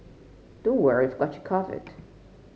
don't worry we've got you covered